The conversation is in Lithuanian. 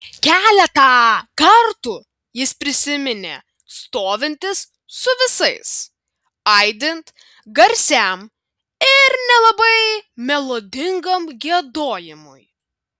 keletą kartų jis prisiminė stovintis su visais aidint garsiam ir nelabai melodingam giedojimui